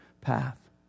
path